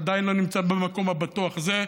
עדיין לא נמצאים במקום הבטוח הזה,